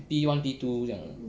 P one P two 这样的